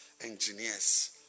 engineers